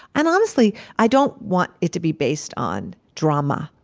and honestly, i don't want it to be based on drama,